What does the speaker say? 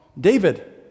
David